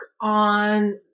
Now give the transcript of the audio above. on